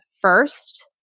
first